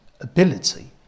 ability